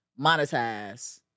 monetize